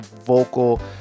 vocal